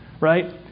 Right